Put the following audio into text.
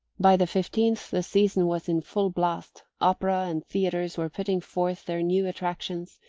by the fifteenth the season was in full blast, opera and theatres were putting forth their new attractions,